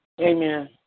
Amen